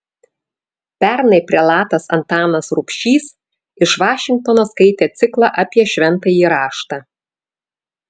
pernai prelatas antanas rubšys iš vašingtono skaitė ciklą apie šventąjį raštą